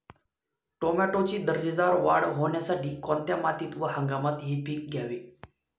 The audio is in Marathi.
टोमॅटोची दर्जेदार वाढ होण्यासाठी कोणत्या मातीत व हंगामात हे पीक घ्यावे?